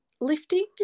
lifting